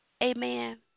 Amen